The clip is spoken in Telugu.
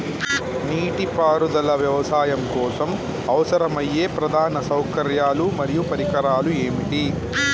నీటిపారుదల వ్యవసాయం కోసం అవసరమయ్యే ప్రధాన సౌకర్యాలు మరియు పరికరాలు ఏమిటి?